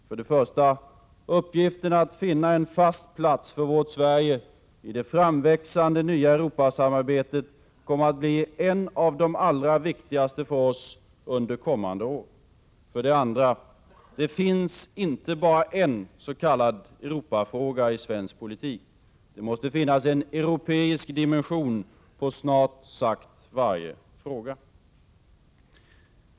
För det första: Uppgiften att finna en fast plats för vårt Sverige i det framväxande nya Europasamarbetet kommer att bli en av de allra viktigaste för oss under kommande år. 3 För det andra: Det finns inte bara en s.k. Europafråga i svensk politik. Det måste finnas en europeisk dimension på snart sagt varje fråga.